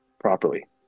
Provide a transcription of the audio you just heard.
properly